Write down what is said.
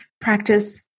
practice